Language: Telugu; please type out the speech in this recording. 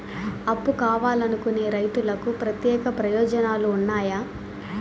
అప్పు కావాలనుకునే రైతులకు ప్రత్యేక ప్రయోజనాలు ఉన్నాయా?